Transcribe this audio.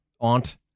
aunt